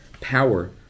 power